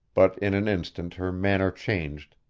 but in an instant her manner changed,